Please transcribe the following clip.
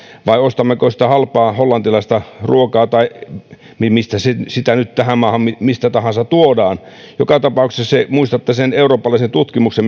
vai ostammeko sitä halpaa hollantilaista ruokaa tai mistä tahansa sitä nyt tähän maahan tuodaan joka tapauksessa muistatte sen eurooppalaisen tutkimuksen